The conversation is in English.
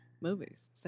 movies